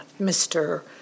Mr